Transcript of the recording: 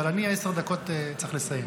אבל אני בעשר דקות צריך לסיים.